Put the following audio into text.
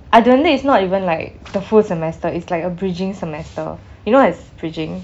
I don't think it's not even like the full semester is like a bridging semester you know what is bridging